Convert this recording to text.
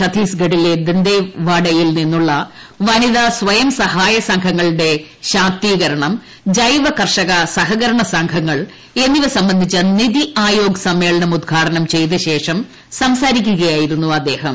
ഛത്തീസ്ഗഡിലെ ദന്തേവാഡയിൽ നിന്നുള്ള വനിതാ സ്വയം സഹായ സംഘങ്ങളുടെ ശാക്തീകരണം ജൈവ കർഷക സഹകരണ സംഘങ്ങൾ എന്നിവ സംബന്ധിച്ച നിതി ആയോഗ് സമ്മേളനം ഉദ്ഘാടനം ചെയ്ത ശേഷം സംസാരിക്കുകയായിരുന്നു ശ്രീ ഓറം